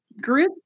group